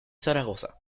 zaragoza